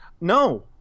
No